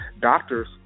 doctors